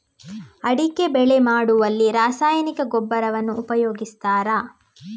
ಅಡಿಕೆ ಬೆಳೆ ಮಾಡುವಲ್ಲಿ ರಾಸಾಯನಿಕ ಗೊಬ್ಬರವನ್ನು ಉಪಯೋಗಿಸ್ತಾರ?